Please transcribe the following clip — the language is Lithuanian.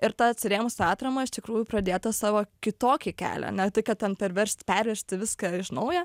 ir tą atsirėmus tą atramą iš tikrųjų pradėt tą savo kitokį kelią ne tai kad ten perverst perrėžti viską iš naujo